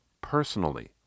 personally